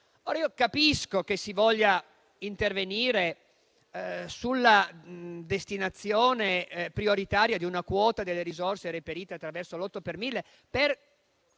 Capisco che si voglia intervenire sulla destinazione prioritaria di una quota delle risorse reperite attraverso l'8 per mille per